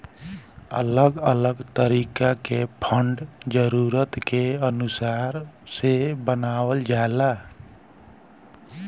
अलग अलग तरीका के फंड जरूरत के अनुसार से बनावल जाला